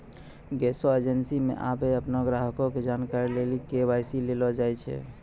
गैसो एजेंसी मे आबे अपनो ग्राहको के जानकारी लेली के.वाई.सी लेलो जाय छै